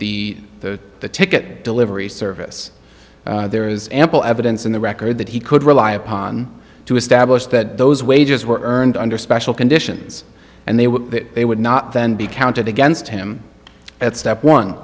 at the the ticket delivery service there is ample evidence in the record that he could rely upon to establish that those wages were earned under special conditions and they were they would not then be counted against him at step one